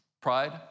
Pride